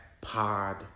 pod